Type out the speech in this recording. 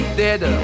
dead